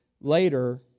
Later